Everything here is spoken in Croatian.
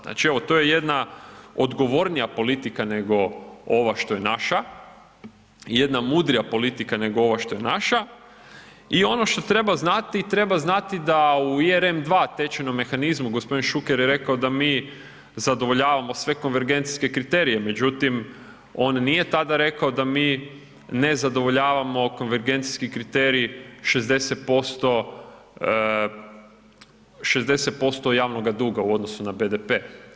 Znači, evo to je jedna odgovornija politika nego ova što je naša, jedna mudrija politika nego ova što je naša i ono što treba znati, treba znati da u ERM II tečajnom mehanizmu, gospodin Šuker je rekao da mi zadovoljavamo sve konvergencijske kriterije, međutim on nije tada rekao da mi ne zadovoljavamo konvergencijski kriterij 60%, 60% javnoga duga u odnosu na BDP.